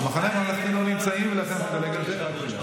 המחנה הממלכתי לא נמצאים, ולכן נדלג על זה.